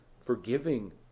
forgiving